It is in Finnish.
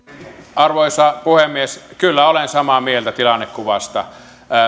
arvoisa puhemies kyllä olen samaa mieltä tilannekuvasta